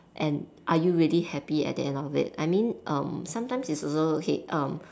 and are you really happy at the end of it I mean um sometimes it's also okay um